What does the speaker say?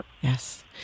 Yes